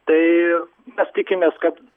tai mes tikimės kad